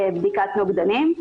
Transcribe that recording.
בדיקת נוגדנים.